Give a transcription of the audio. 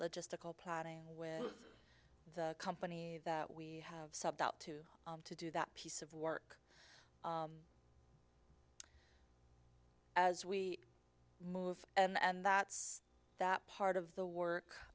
logistical planning with the company that we have subbed out to to do that piece of work as we move and that's that part of the work